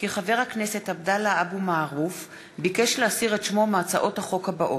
כי חבר הכנסת עבדאללה אבו מערוף ביקש להסיר את שמו מהצעות החוק הבאות: